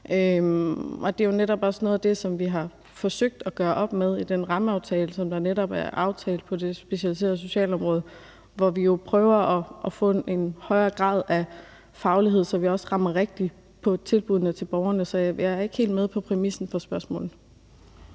Det er jo netop også noget af det, som vi har forsøgt at gøre op med i den rammeaftale, som netop er indgået på det specialiserede socialområde, hvor vi jo prøver at få en højere grad af faglighed, så vi også rammer rigtigt med tilbuddene til borgerne. Så jeg er ikke helt med på præmissen for spørgsmålet.